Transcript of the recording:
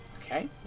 okay